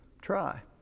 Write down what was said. Try